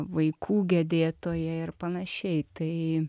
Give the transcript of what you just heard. vaikų gedėtoja ir panašiai tai